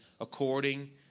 according